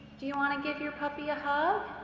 do you want to give your puppy a hug?